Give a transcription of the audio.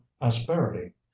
asperity